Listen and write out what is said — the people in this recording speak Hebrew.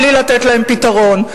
בלי לתת להם פתרון.